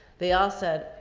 they all said,